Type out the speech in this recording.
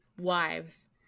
wives